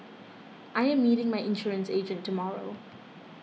I am meeting my insurance agent tomorrow